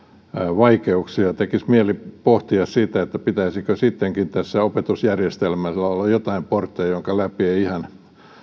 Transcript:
vaikeuksia tekisi mieli pohtia sitä pitäisikö sittenkin tässä opetusjärjestelmässä olla joitain portteja joiden läpi ei ihan